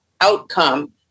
outcome